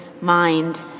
mind